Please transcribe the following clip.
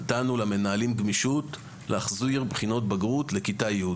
נתנו למנהלים גמישות להחזיר בחינות בגרות לכיתה י'.